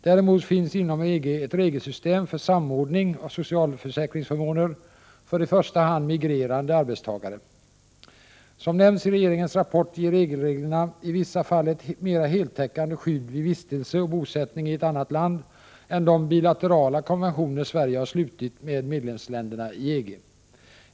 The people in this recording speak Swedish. Däremot finns inom EG ett regelsystem för samordning av socialförsäkringsförmåner för i första hand migrerande arbetstagare. Som nämns i regeringens rapport ger EG-reglerna i vissa fall ett mera heltäckande skydd vid vistelse och bosättning i ett annat land än de bilaterala konventioner Sverige har slutit med medlemsländerna i EG.